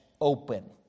open